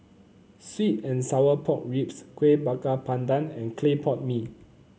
sweet and Sour Pork Ribs Kueh Bakar Pandan and Clay Pot Mee